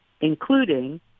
including